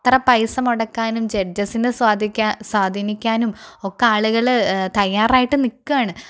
എത്ര പൈസ മുടക്കാനും ജഡ്ജസിനെ സ്വാധീനിക്ക സ്വാധീനിക്കാനും ഒക്കെ ആളുകള് തയ്യാറായിട്ട് നിൽക്കുകയാണ്